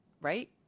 right